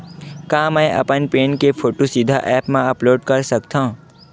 का मैं अपन पैन के फोटू सीधा ऐप मा अपलोड कर सकथव?